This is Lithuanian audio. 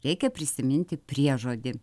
reikia prisiminti priežodį